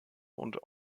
und